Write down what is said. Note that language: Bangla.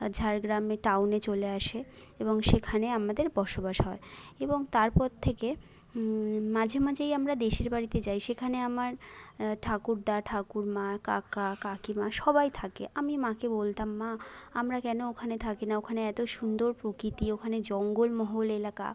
ঝাড়গ্রামে টাউনে চলে আসে এবং সেখানে আমাদের বস বাস হয় এবং তারপর থেকে মঝে মাঝেই আমরা দেশের বাড়িতে যাই সেখানে আমার ঠাকুরদা ঠাকুরমা কাকা কাকিমা সবাই থাকে আমি মাকে বলতাম মা আমরা কেন ওখানে থাকি না ওখানে এতো সুন্দর প্রকৃতি ওখানে জঙ্গলমহল এলাকা